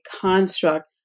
construct